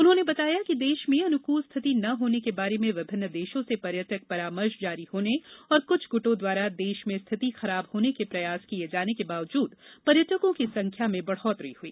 उन्होंने बताया कि देश में अनुकूल स्थिति ना होने के बारे में विभिन्न देशों से पर्यटन परामर्श जारी होने और कुछ गुटों द्वारा देश में स्थिति खराब होने के प्रयास किए जाने के बावजूद पर्यटकों की संख्या में बढ़ोत्तरी हुई